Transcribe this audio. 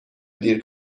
دیر